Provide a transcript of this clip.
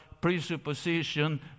presupposition